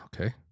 okay